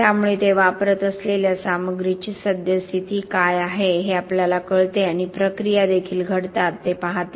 त्यामुळे ते वापरत असलेल्या सामग्रीची सद्यस्थिती काय आहे हे आपल्याला कळते आणि प्रक्रिया देखील घडतात ते पाहतील